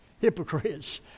Hypocrites